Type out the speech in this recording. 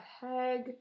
hag